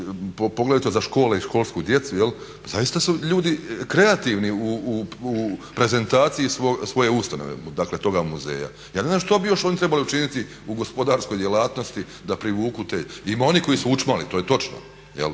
poglavito za škole i školsku djecu, pa zaista su ljudi kreativni u prezentaciji svoje ustanove, dakle toga muzeja. Ja ne znam što bi još oni trebali učiniti u gospodarskoj djelatnosti da privuku te. Ima oni koji su učmali to je točno.